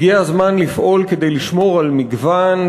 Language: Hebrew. הגיע הזמן לפעול כדי לשמור על מגוון,